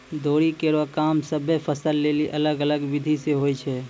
दौरी केरो काम सभ्भे फसल लेलि अलग अलग बिधि सें होय छै?